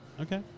Okay